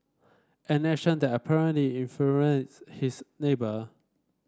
an action that apparently infuriates his neighbour